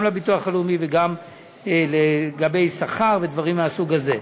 גם לביטוח הלאומי וגם לגבי שכר ודברים מהסוג הזה.